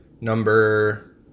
number